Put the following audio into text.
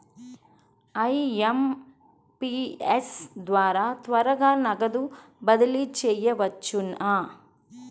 IMPS ద్వారా త్వరగా నగదు బదిలీ చేయవచ్చునా?